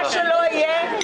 מה שלא יהיה,